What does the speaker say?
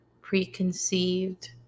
preconceived